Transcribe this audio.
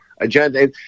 agenda